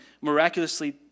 miraculously